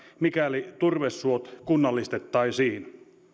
mikäli turvesuot kunnallistettaisiin